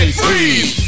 freeze